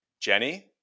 Jenny